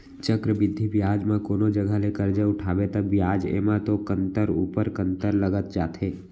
चक्रबृद्धि बियाज म कोनो जघा ले करजा उठाबे ता बियाज एमा तो कंतर ऊपर कंतर लगत जाथे